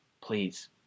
Please